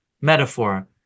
metaphor